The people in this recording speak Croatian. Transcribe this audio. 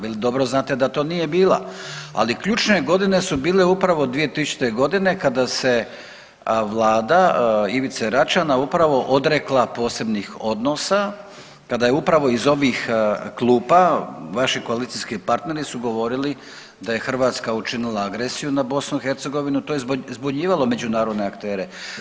Vi dobro znate da to nije bila, ali ključne godine su bile upravo 2000.g. kada se vlada Ivice Račana upravo odrekla posebnih odnosa kada je upravo iz ovih klupa vaši koalicijski partneri su govorili da je Hrvatska učinila agresiju na BiH, to je zbunjivalo međunarodne aktere.